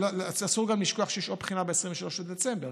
אסור גם לשכוח שיש עוד בחינה ב-23 בדצמבר,